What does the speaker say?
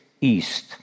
east